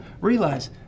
realize